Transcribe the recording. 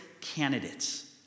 candidates